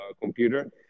computer